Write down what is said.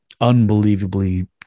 unbelievably